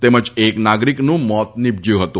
તેમજ એક નાગરિકનું મોત નિપજ્યું હતું